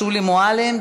שולי מועלם,